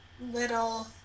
little